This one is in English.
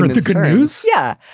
the good news. yeah.